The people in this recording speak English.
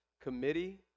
committee